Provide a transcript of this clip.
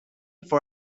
for